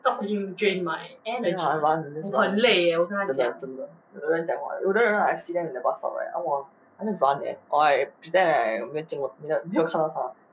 ya that's right 真的真的有的人讲话有的人 I see them at the bus stop !wah! I will run eh or I pretend I 没有经过没没有看到他